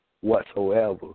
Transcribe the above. whatsoever